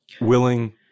willing